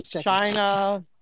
China